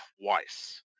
twice